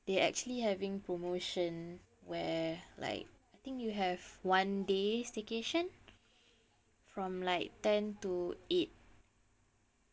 they actually having promotion where like I think you have one day staycation from like ten to eight